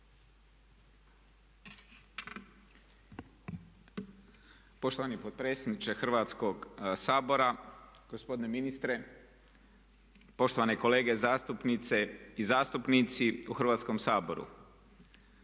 Poštovani potpredsjedniče Hrvatskog sabora, gospodine ministre, poštovane kolege zastupnice i zastupnici u Hrvatskom saboru.